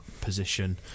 position